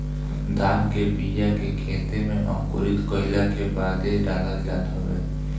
धान के बिया के खेते में अंकुरित कईला के बादे डालल जात हवे